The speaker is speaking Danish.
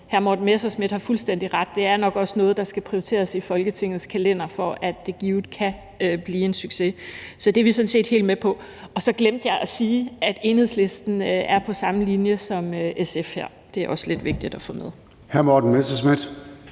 hr. Morten Messerschmidt har fuldstændig ret i, at det nok er noget, der skal prioriteres i Folketingets kalender, for at det i givet fald kan blive en succes. Så det er vi sådan set helt med på. Så glemte jeg at sige, at Enhedslisten er på linje med SF her. Det er også lidt vigtigt at få med.